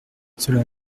cela